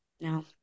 no